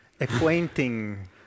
acquainting